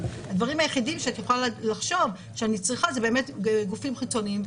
הדברים היחידים שתוכל לחשוב שאני צריכה זה באמת גופים חיצוניים,